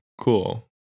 cool